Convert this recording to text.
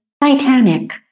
titanic